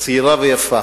צעירה ויפה.